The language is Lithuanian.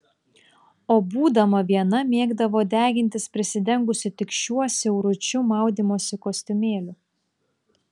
o būdama viena mėgdavo degintis prisidengusi tik šiuo siauručiu maudymosi kostiumėliu